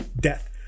death